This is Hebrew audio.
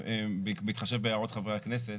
בהתחשב בהערות חברי הכנסת,